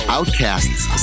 Outcasts